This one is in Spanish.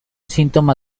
síntoma